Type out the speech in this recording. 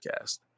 podcast